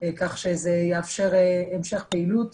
כך שזה יאפשר המשך פעילות,